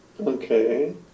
Okay